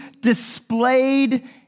displayed